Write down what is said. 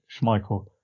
Schmeichel